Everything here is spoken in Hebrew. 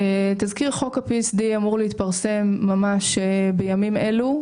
תזכיר חוק ה-PSD אמור להתפרסם ממש בימים אלו.